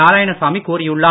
நாராயணசாமி கூறியுள்ளார்